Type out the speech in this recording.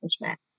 management